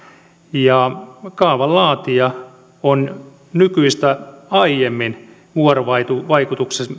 ja kaavan laatija on nykyistä aiemmin vuorovaikutuksessa